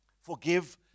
forgive